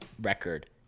record